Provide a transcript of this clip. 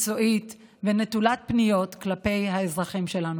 מקצועית ונטולת פניות כלפי האזרחים שלנו.